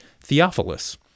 Theophilus